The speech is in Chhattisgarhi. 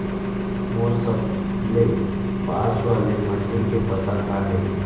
मोर सबले पास वाले मण्डी के पता का हे?